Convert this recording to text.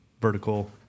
vertical